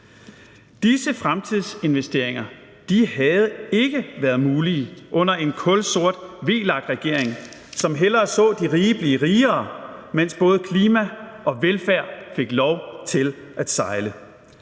Disse fremtidsinvesteringer havde ikke været mulige under en kulsort VLAK-regering, som hellere så de rige blive rigere, mens både klima og velfærd fik lov til at sejle,